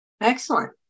Excellent